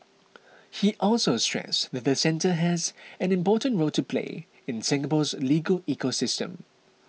he also stressed that the centre has an important role to play in Singapore's legal ecosystem